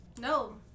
No